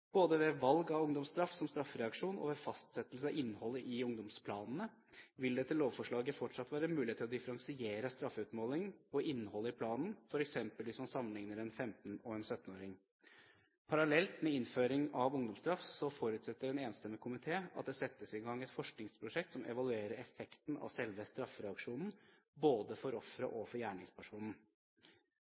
Både ved valg av ungdomsstraff som straffereaksjon og ved fastsettelsen av innholdet i ungdomsplanene vil det etter lovforslaget fortsatt være muligheter til å differensiere straffeutmålingen og innholdet i planen, f.eks. hvis man sammenligner en 15-åring og en 17-åring. Parallelt med innføring av ungdomsstraff forutsetter en enstemmig komité at det settes i gang et forskningsprosjekt som evaluerer effekten av selve straffereaksjonen, både for ofre og for gjerningspersonen.